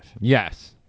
Yes